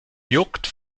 juckt